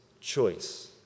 choice